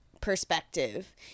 perspective